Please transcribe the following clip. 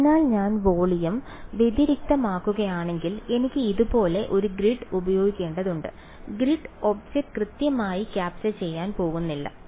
അതിനാൽ ഞാൻ വോളിയം വ്യതിരിക്തമാക്കുകയാണെങ്കിൽ എനിക്ക് ഇതുപോലെ ഒരു ഗ്രിഡ് ഉപയോഗിക്കേണ്ടതുണ്ട് ഗ്രിഡ് ഒബ്ജക്റ്റ് കൃത്യമായി ക്യാപ്ചർ ചെയ്യാൻ പോകുന്നില്ല